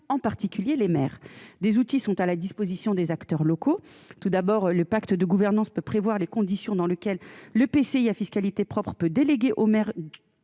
en particulier les maires des outils sont à la disposition des acteurs locaux tout d'abord, le pacte de gouvernance peut prévoir les conditions dans lesquelles l'EPCI à fiscalité propre peut déléguer aux maires